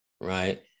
right